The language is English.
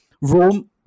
Rome